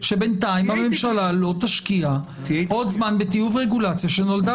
שבינתיים הממשלה לא תשקיע עוד זמן לטיוב רגולציה שנולדה